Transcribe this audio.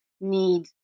need